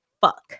fuck